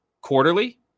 quarterly